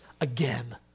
again